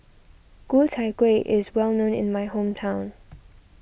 Ku Chai Kueh is well known in my hometown